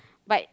but